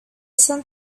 sun